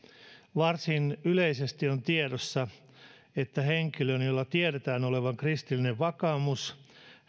varsin yleisesti on tiedossa että henkilön jolla tiedetään olevan kristillinen vakaumus